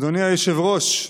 אדוני היושב-ראש,